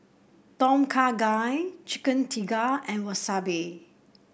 Tom Kha Gai Chicken Tikka and Wasabi